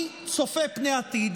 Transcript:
אני צופה פני עתיד.